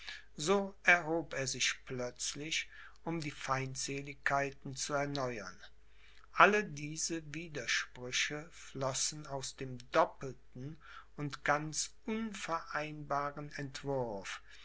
so erhob er sich plötzlich um die feindseligkeiten zu erneuern alle diese widersprüche flossen aus dem doppelten und ganz unvereinbaren entwurf